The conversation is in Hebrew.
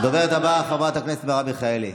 הדוברת הבאה, חברת הכנסת מרב מיכאלי,